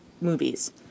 movies